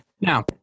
Now